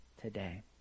today